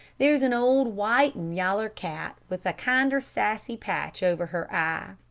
there's an old white and yaller cat, with a kinder sassy patch over her eye,